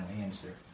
answer